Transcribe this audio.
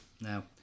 Now